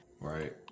right